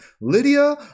Lydia